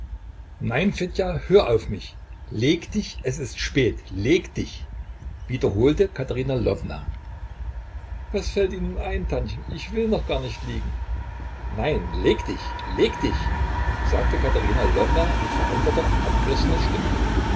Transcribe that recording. nein fedja hör auf mich leg dich es ist spät leg dich wiederholte katerina lwowna was fällt ihnen ein tantchen ich will noch gar nicht liegen nein leg dich leg dich sagte katerina lwowna mit veränderter abgerissener stimme